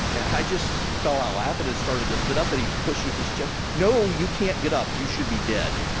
and i just fell out laughing and started to sit up, and he pushes his chest no, you can't get up. you should be dead.